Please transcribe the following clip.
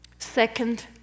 Second